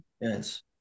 Yes